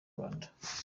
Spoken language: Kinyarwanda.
rwanda